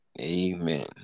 Amen